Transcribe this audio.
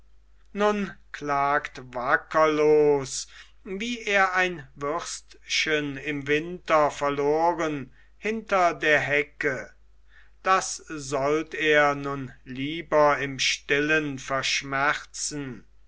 nun klagt wackerlos wie er ein würstchen im winter verloren hinter der hecke das sollt er nur lieber im stillen verschmerzen